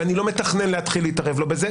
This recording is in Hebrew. ואני לא מתכנן להתחיל להתערב לו בזה,